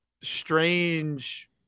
strange